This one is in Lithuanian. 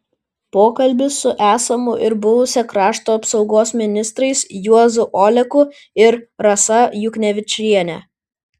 pokalbis su esamu ir buvusia krašto apsaugos ministrais juozu oleku ir rasa juknevičiene